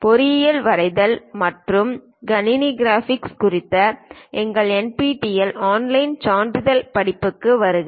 பொறியியல் வரைதல் மற்றும் கணினி கிராபிக்ஸ் குறித்த எங்கள் NPTEL ஆன்லைன் சான்றிதழ் படிப்புகளுக்கு வருக